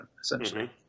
essentially